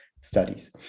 studies